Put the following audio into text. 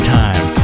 time